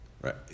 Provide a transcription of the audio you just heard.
Right